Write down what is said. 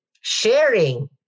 sharing